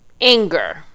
anger